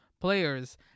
players